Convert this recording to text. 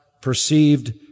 perceived